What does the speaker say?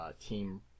team